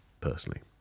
personally